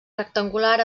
rectangular